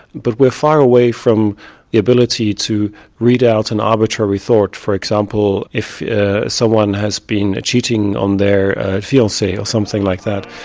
but we are far away from the ability to read out an arbitrary thought. for example if someone has been cheating on their fiancee or something like that,